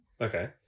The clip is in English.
Okay